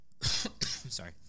sorry